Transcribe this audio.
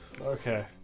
Okay